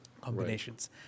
combinations